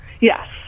yes